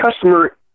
customer